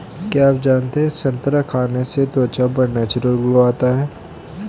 क्या आप जानते है संतरा खाने से त्वचा पर नेचुरल ग्लो आता है?